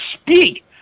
speak